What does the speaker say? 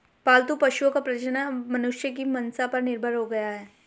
पालतू पशुओं का प्रजनन अब मनुष्यों की मंसा पर निर्भर हो गया है